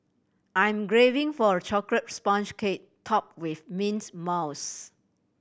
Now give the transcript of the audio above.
I'm graving for a chocolate sponge cake top with mints mousse